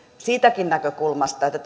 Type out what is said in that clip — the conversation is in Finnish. siitäkin näkökulmasta että